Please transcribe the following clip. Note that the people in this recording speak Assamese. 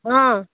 অঁ